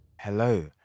hello